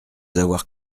avoir